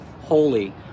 holy